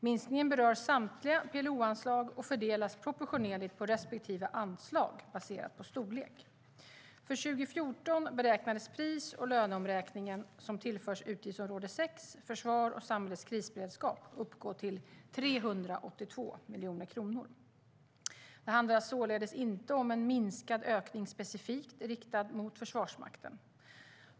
Minskningen berör samtliga PLO-anslag och fördelas proportionerligt på respektive anslag baserat på storlek. För 2014 beräknades den pris och löneomräkning som tillförs utgiftsområde 6, Försvar och samhällets krisberedskap, uppgå till 382 miljoner kronor. Det handlar således inte om en minskad ökning specifikt riktad mot Försvarsmakten.